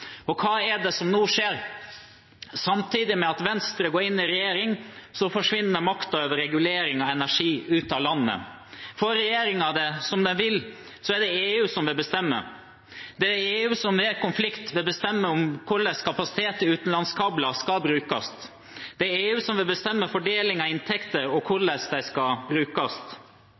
Og hva er det som nå skjer? Samtidig med at Venstre går inn i regjering, forsvinner makten over reguleringen av energi ut av landet. Får regjeringen det som den vil, er det EU som vil bestemme. Det er EU som ved konflikt vil bestemme hvordan kapasiteten på utenlandskabler skal brukes. Det er EU som vil bestemme fordelingen av inntekter, og hvordan de skal brukes.